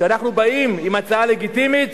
כשאנחנו באים עם הצעה לגיטימית,